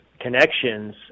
connections